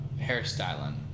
hairstyling